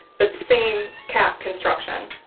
but same cap construction.